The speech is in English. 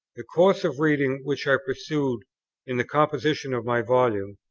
the course of reading, which i pursued in the composition of my volume,